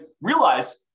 realize